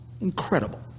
incredible